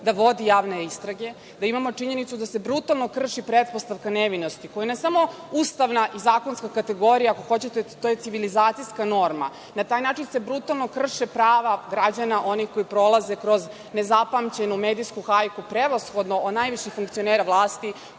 da vodi javne istrage. Da imamo činjenicu da se brutalno krši pretpostavka nevinosti koja je ne samo ustavna i zakonska kategorija, ako hoćete to je civilizacijska norma. Na taj način se brutalno krše prava građana onih koji prolaze kroz nezapamćenu medijsku hajku, prevashodno od najviših funkcionera vlasti,